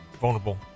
vulnerable